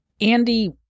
Andy